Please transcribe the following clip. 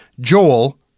Joel